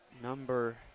number